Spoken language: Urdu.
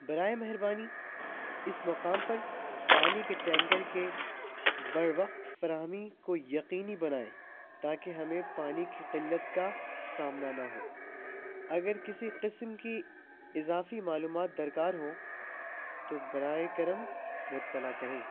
برائے مہربانی اس مقام پر پانی کے ٹینکر کے بر وقت فراہمی کو یقینی بنائے تاکہ ہمیں پانی کی قلت کا سامنا نہ ہو اگر کسی قسم کی اضافی معلومات درکار ہو تو براہ کرم مطلع کریں